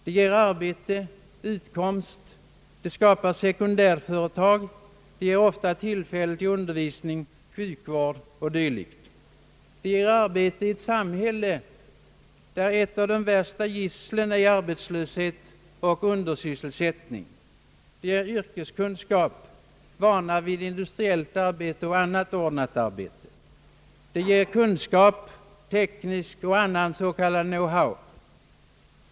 Det ger arbete, utkomst, skapar sekundärföretag, medför ofta tillfälle till undervisning, sjukvård och dylikt. Det ger arbete i ett samhälle, där ett av de värsta gisslen är arbetslöshet och undersysselsättning. Det ger yrkeskunskap, vana vid industriellt arbete och annat ordnat arbete, det ger tekniska kunskaper och annan s.k. know how.